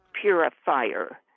purifier